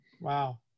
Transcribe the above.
wow